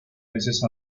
veces